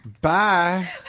Bye